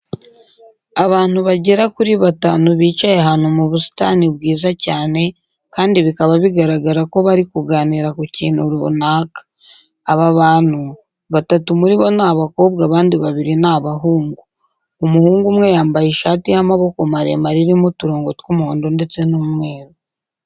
Abantu bagera kuri batanu bicaye ahantu mu busitani bwiza cyane kandi bikaba bigaragara ko bari kuganira ku kintu runaka. Aba bantu batatu muri bo ni abakobwa abandi babiri ni abahungu. Umuhungu umwe yambaye ishati y'amaboko maremare irimo uturongo tw'umuhondo ndetse n'umweru.